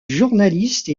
journaliste